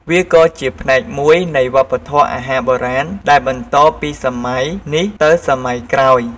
វាក៏ជាផ្នែកមួយនៃវប្បធម៌អាហារបុរាណដែលបន្តពីសម័យនេះទៅសម័យក្រោយ។